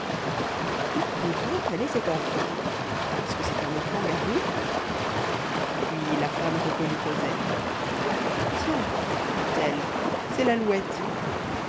mais où peut donc aller cet enfant est-ce que c'est un enfant garou puis la femme reconnut cosette tiens dit-elle c'est l'alouette